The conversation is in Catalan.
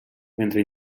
mentre